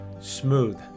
Smooth